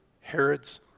Herod's